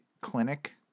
clinic